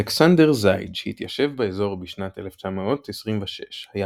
אלכסנדר זייד שהתיישב באזור בשנת 1926 היה